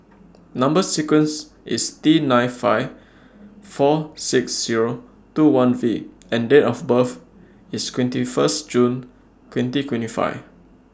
Number sequence IS T nine five four six Zero two one V and Date of birth IS twenty First June twenty twenty five